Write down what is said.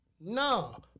no